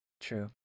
True